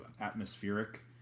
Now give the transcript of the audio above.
atmospheric